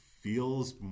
feels